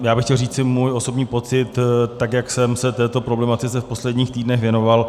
Já bych chtěl říci svůj osobní pocit, tak jak jsem se této problematice v posledních týdnech věnoval.